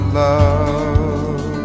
love